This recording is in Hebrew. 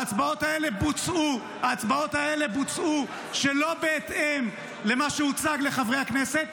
ההצבעות האלה בוצעו שלא בהתאם למה שהוצג לחברי הכנסת,